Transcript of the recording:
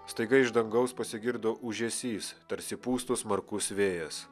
staiga iš dangaus pasigirdo ūžesys tarsi pūstų smarkus vėjas